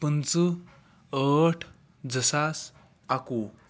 پٕنٛژٕ ٲٹھ زٕ ساس اَکوُہ